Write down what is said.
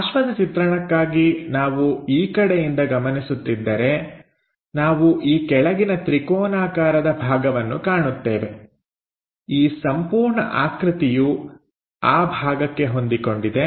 ಪಾರ್ಶ್ವದ ಚಿತ್ರಣಕ್ಕಾಗಿ ನಾವು ಈ ಕಡೆಯಿಂದ ಗಮನಿಸುತ್ತಿದ್ದರೆ ನಾವು ಈ ಕೆಳಗಿನ ತ್ರಿಕೋನಾಕಾರದ ಭಾಗವನ್ನು ಕಾಣುತ್ತೇವೆ ಈ ಸಂಪೂರ್ಣ ಆಕೃತಿಯು ಆ ಭಾಗಕ್ಕೆ ಹೊಂದಿಕೊಂಡಿದೆ